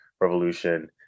revolution